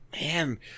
Man